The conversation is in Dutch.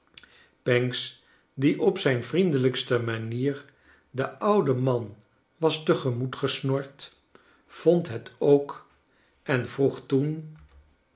pancks die op zijn vriendelijkste manier den ouden man was tegemoeb gesnord vond het ook en vroog toeu